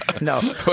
No